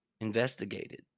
investigated